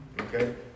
okay